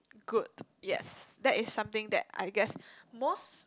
good yes that is something that I guess most